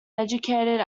educated